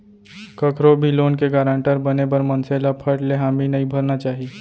कखरो भी लोन के गारंटर बने बर मनसे ल फट ले हामी नइ भरना चाही